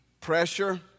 pressure